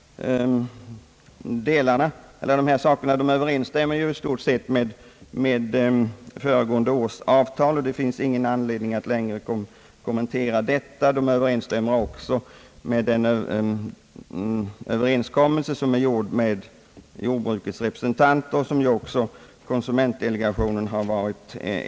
De nämnda förslagen överensstämmer i stort sett med föregående års avtal och det finns ingen anledning att längre kommentera den del av utskottsutlåtandet. Förslagen sammanfaller också i stort med den överenskommelse som träffats med jordbrukets representanter och som även konsumentdelegationen accepterat.